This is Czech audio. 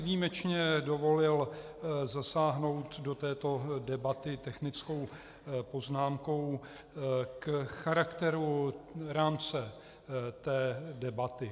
Výjimečně jsem si dovolil zasáhnout do této debaty technickou poznámkou k charakteru rámce té debaty.